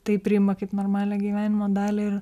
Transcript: tai priima kaip normalią gyvenimo dalį ir